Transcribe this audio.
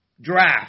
draft